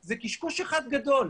זה קשקוש אחד גדול.